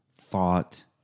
thought